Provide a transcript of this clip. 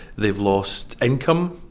they've lost income,